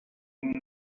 umwe